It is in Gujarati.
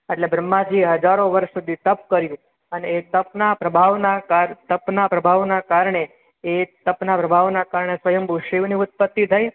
એટલે બ્રહ્માજીએ હજારો વર્ષ સુધી તપ કર્યું અને એ તપના પ્રભાવના તપના પ્રભાવના કારણે એ તપના પ્રભાવના કારણે સ્વયંભૂ શિવની ઉત્પતિ થઈ